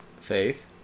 Faith